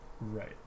Right